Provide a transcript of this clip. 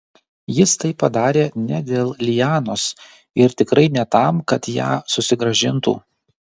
jis tai padarė ne dėl lianos ir tikrai ne tam kad ją susigrąžintų